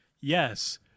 yes